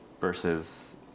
versus